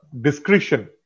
discretion